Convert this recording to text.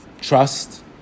Trust